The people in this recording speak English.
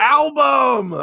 album